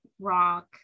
Rock